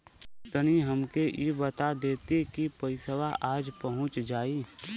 तनि हमके इ बता देती की पइसवा आज पहुँच जाई?